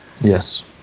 yes